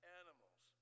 animals